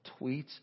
tweets